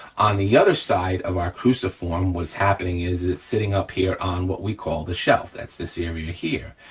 on the other side of our cruciform, what's happening is it's sitting up here on what we call the shelf, that's this area here,